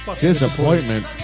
Disappointment